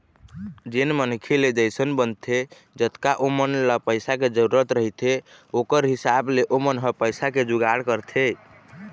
जेन मनखे ले जइसन बनथे जतका ओमन ल पइसा के जरुरत रहिथे ओखर हिसाब ले ओमन ह पइसा के जुगाड़ करथे